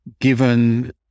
given